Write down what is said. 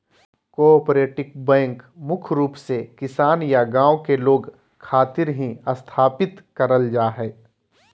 cooperative bank मुख्य रूप से किसान या गांव के लोग खातिर ही स्थापित करल जा हय